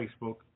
Facebook